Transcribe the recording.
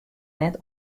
net